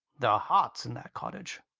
their heart's in that cottage.